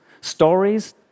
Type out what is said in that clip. stories